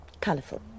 colourful